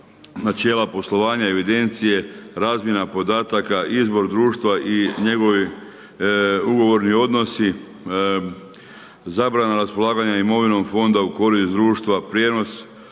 načela poslovanja, evidencije, razmjena podataka, izbor društva i njegovi ugovorni odnosi, zabrana raspolaganja imovinom Fonda u korist društva, prijenos